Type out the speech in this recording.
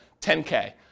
10K